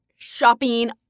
shopping